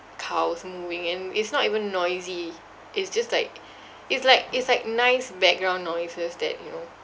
cows mooing and it's not even noisy it's just like it's like it's like nice background noises that you know